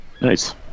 nice